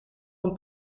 een